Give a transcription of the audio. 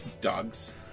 Dogs